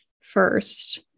first